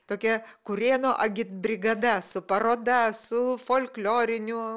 tokia kurėno agitbrigada su paroda su folkloriniu